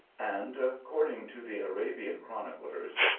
and, according to the arabian chron iclers,